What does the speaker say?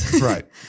Right